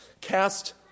Cast